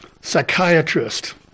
psychiatrist